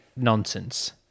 Nonsense